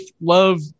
love